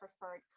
preferred